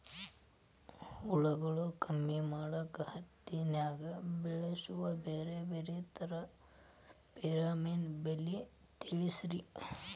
ಹುಳುಗಳು ಕಮ್ಮಿ ಮಾಡಾಕ ಹತ್ತಿನ್ಯಾಗ ಬಳಸು ಬ್ಯಾರೆ ಬ್ಯಾರೆ ತರಾ ಫೆರೋಮೋನ್ ಬಲಿ ತಿಳಸ್ರಿ